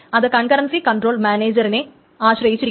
അത് concurrency control മാനേജറിനെ ആശ്രയിച്ചിരിക്കുന്നു